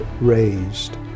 raised